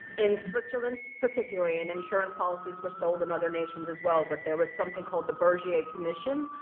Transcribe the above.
in switzerland particularly, and insurance policies were sold in other nations as well, but there was something called the bergier commission,